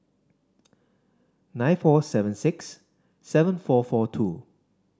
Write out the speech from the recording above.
nine four seven six seven four four two